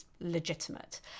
legitimate